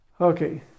okay